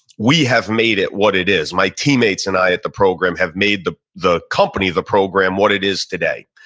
we have made it what it is. my teammates and i at the program have made the the company, the program, what it is today.